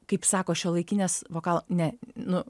kaip sako šiuolaikinės vokalo ne nu